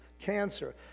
cancer